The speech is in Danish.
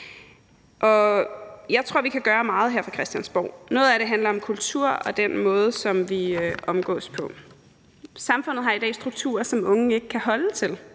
Jeg tror, vi kan gøre meget her fra Christiansborg. Noget af det handler om kultur og den måde, som vi omgås på. Hvis man spørger os i SF, har samfundet i dag nogle strukturer, som unge ikke kan holde til.